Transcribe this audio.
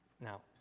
Now